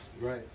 right